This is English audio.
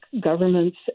governments